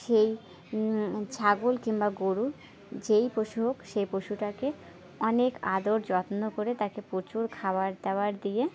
সেই ছাগল কিংবা গরু যেই পশু হোক সেই পশুটাকে অনেক আদর যত্ন করে তাকে প্রচুর খাবার দাবার দিয়ে